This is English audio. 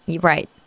Right